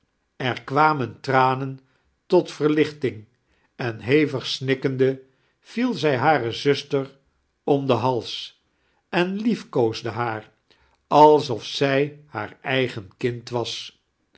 er kwamen tiranen tot verlichting en hevig snikkende viel zij hare zuster om den hals en liefkoosde haar alsof zij haar eigen kind was